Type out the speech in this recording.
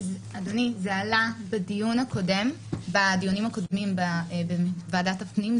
אדוני זה עלה בדיונים הקודמים בוועדת הפנים,